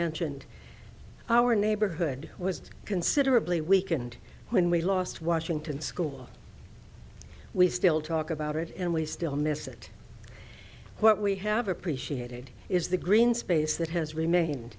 mentioned our neighborhood was considerably weakened when we lost washington school we still talk about it and we still miss it what we have appreciated is the green space that has remained